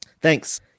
Thanks